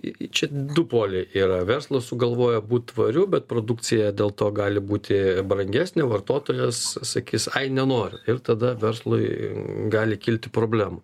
i i i čia du poliai yra verslas sugalvojo būt tvariu bet produkcija dėl to gali būti brangesnė vartotojas sakys ai nenoriu ir tada verslui gali kilti problemų